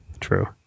True